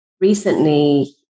recently